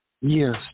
Yes